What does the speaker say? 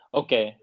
okay